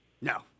No